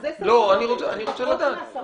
זה סדר הגודל, פחות מעשרה.